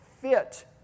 fit